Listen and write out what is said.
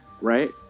right